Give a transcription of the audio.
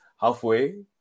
halfway